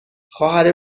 خواهر